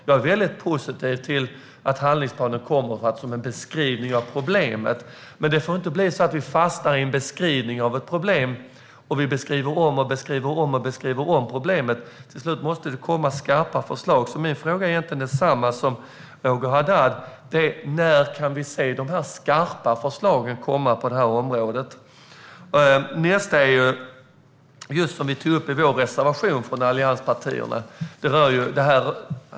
Jag är väldigt positiv till att handlingsplanen kommer som en beskrivning av problemet, men vi får inte fastna i det och om och om igen bara beskriva problemet. Till slut måste det komma skarpa förslag. Så min fråga är egentligen densamma som Roger Haddads: När får vi se de skarpa förslagen komma på detta område? Nästa fråga är den som vi tagit upp i allianspartiernas reservation.